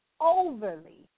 overly